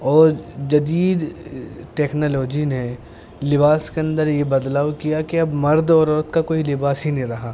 اور جدید ٹیکنالوجی نے لباس کے اندر یہ بدلاؤ کیا کہ اب مرد اور عورت کا کوئی لباس ہی نہیں رہا